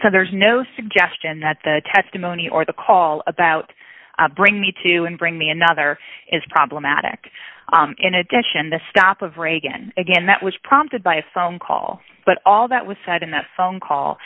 so there's no suggestion that the testimony or the call about bring me to and bring me another is problematic in addition the stop of reagan again that was prompted by a phone call but all that was said in that phone call